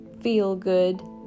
feel-good